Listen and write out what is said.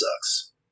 sucks